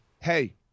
hey